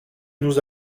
nous